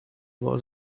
was